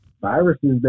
viruses